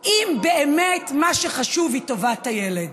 אם באמת מה שחשוב הוא טובת הילד,